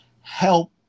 help